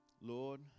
Lord